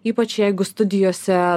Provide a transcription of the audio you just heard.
ypač jeigu studijose